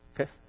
Okay